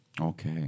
Okay